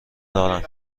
دارم